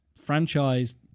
franchise